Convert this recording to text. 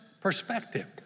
perspective